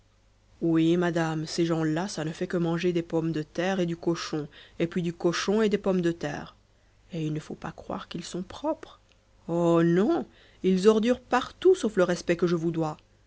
oui madame ces gens-là ça ne fait que manger des pommes de terre et du cochon et puis du cochon et des pommes de terre et il ne faut pas croire qu'ils sont propres oh non ils ordurent partout sauf le respect que je vous dois